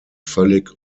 völlig